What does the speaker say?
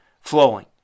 flowing